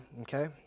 okay